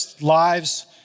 lives